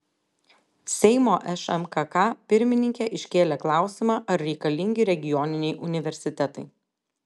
seimo šmkk pirmininkė iškėlė klausimą ar reikalingi regioniniai universitetai